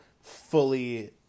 fully